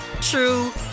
true